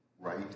right